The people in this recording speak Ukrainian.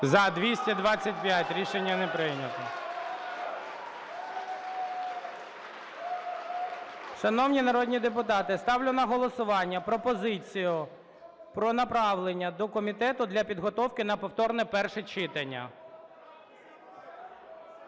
За-225 Рішення не прийнято. (Шум у залі) Шановні народні депутати, ставлю на голосування пропозицію про направлення до комітету для підготовки на повторне перше читання.